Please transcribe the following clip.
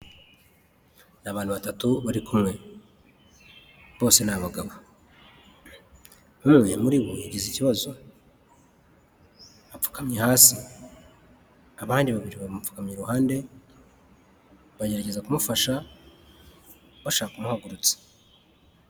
Abantu batatu bari kumwe bose ni abagabo, umwe muri bo yagize ikibazo apfukamye hasi, abandi babiri bamupfukamye iruhande baragerageza kumufasha bashaka kumuhagurutsa.